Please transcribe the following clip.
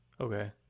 Okay